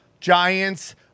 giants